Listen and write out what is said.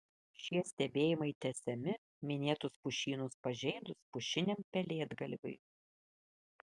šie stebėjimai tęsiami minėtus pušynus pažeidus pušiniam pelėdgalviui